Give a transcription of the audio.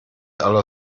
aller